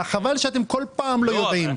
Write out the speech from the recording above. חבל שכל פעם אתם לא יודעים.